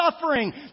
suffering